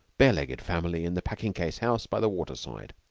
bare-legged family in the packing-case house by the water-side.